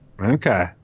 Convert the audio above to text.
Okay